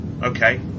Okay